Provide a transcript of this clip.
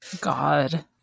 God